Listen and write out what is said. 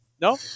no